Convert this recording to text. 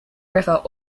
river